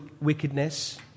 wickedness